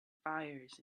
fires